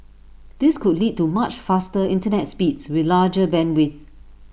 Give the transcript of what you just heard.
this could lead to much faster Internet speeds with larger bandwidths